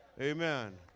Amen